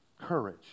Courage